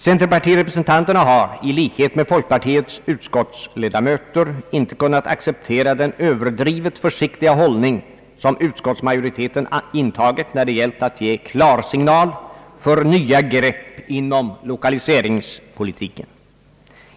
Centerpartirepresentanterna har — i likhet med folkpartiets utskottsledamöter — inte kunnat acceptera den överdrivet försiktiga hållning som utskottsmajoriteten intagit när det gällt att ge klarsignal för nya grepp inom lokaliseringspolitiken.